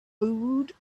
food